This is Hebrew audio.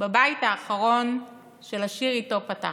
בבית האחרון של השיר שאיתו פתחתי: